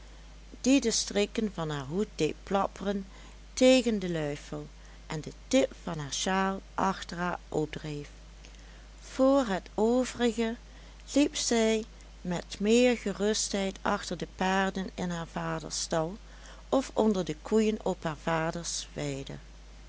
de strikken van haar hoed deed plapperen tegen de luifel en de tip van haar sjaal achter haar opdreef voor het overige liep zij met meer gerustheid achter de paarden in haar vaders stal of onder de koeien op haar vaders weide